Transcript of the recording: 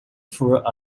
through